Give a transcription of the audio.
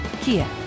Kia